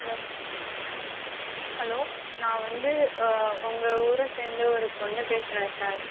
hello hello நான் வந்து உங்கள் ஊரை சேர்ந்த ஒரு பெண்ணு பேசுகிறேன் சார்